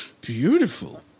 Beautiful